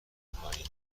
پایین